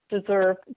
deserve